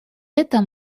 этом